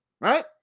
right